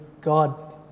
God